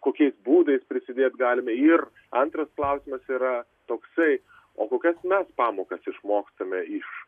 kokiais būdais prisidėt galime ir antras klausimas yra toksai o kokias mes pamokas išmokstame iš